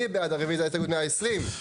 מי בעד רביזיה להסתייגות מספר 116?